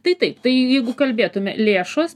tai taip tai jeigu kalbėtume lėšos